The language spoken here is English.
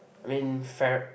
I mean fair